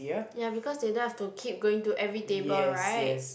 ya because they don't have to keep going to every table right